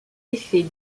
effet